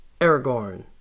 Aragorn